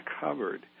covered